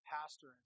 pastor